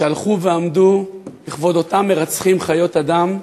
שהלכו ועמדו לכבוד אותם מרצחים חיות אדם,